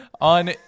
on